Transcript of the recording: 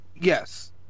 Yes